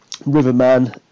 Riverman